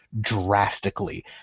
drastically